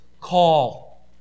call